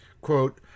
Quote